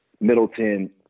Middleton